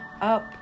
up